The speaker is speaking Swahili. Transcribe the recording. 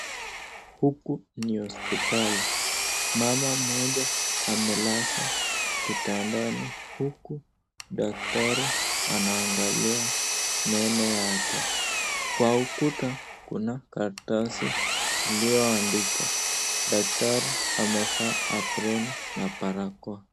Huku ni hospitali, mama moja amelazwa kitandani huku daktari anaangalia meno yake, kwa ukuta kuna karatasi iliyoandikwa. Daktari amevaa aproni na barakoa.